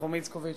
נחום איצקוביץ,